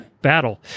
battle